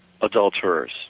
adulterers